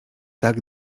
tak